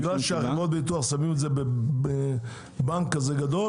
בגלל שחברות הביטוח שמות את זה בבנק כזה גדול,